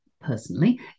personally